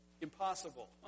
impossible